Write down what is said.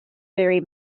very